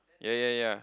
ya ya ya